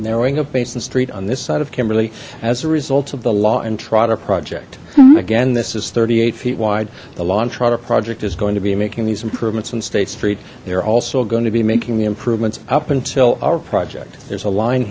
narrowing of basement street on this side of kimberly as a result of the law and trata project again this is thirty eight feet wide the lawn trata project is going to be making these improvements on state street they're also going to be making the improvements up until our project there's a line